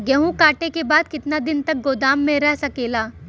गेहूँ कांटे के बाद कितना दिन तक गोदाम में रह सकेला?